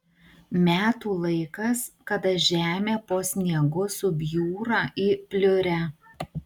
metų laikas kada žemė po sniegu subjūra į pliurę